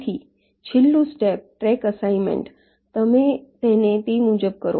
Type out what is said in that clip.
તેથી છેલ્લું step track assignment તમે તેને તે મુજબ કરો